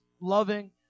loving